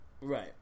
Right